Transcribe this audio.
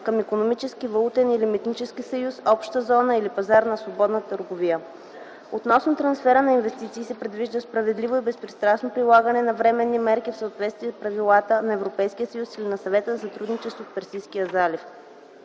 към икономически, валутен или митнически съюз, обща зона или пазар за свободна търговия. Относно трансфера на инвестиции се предвижда справедливо и безпристрастно прилагане на временни мерки в съответствие с правилата на Европейския съюз или на Съвета за сътрудничество в Персийския залив.